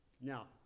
Now